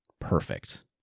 perfect